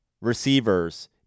receivers